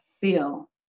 feel